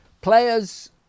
players